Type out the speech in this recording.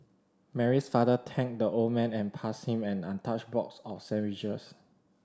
Mary's father thanked the old man and passed him an untouched box of sandwiches